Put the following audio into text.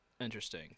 Interesting